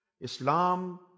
Islam